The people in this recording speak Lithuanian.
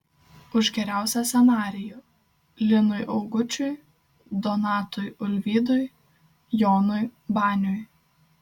už geriausią scenarijų linui augučiui donatui ulvydui jonui baniui